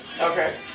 Okay